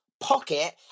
pocket